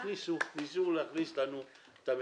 ניסו להכניס לנו את המתאם,